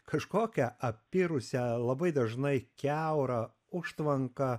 kažkokią apirusią labai dažnai kiaurą užtvanką